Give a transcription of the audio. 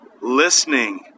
listening